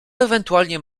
ewentualnie